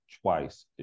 twice